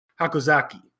Hakozaki